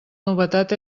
novetat